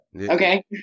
okay